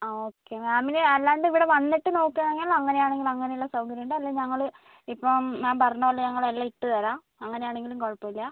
ആ ഓക്കെ മാമിന് അല്ലാണ്ട് ഇവിടെ വന്നിട്ട് നോക്കുവാണെങ്കിൽ അങ്ങനെ ആണെങ്കിൽ അങ്ങനെയുള്ള സൗകര്യം ഉണ്ട് അല്ലെ ഞങ്ങൾ ഇപ്പം മാം പറഞ്ഞത് പോലെ ഞങ്ങൾ എല്ലാം ഇട്ട് തരാം അങ്ങനെ ആണെങ്കിലും കുഴപ്പം ഇല്ല